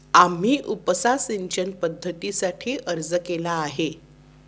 आम्ही उपसा सिंचन पद्धतीसाठी अर्ज केला आहे